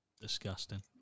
Disgusting